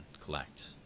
collect